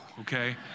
okay